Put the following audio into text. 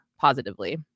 positively